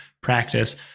practice